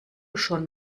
schon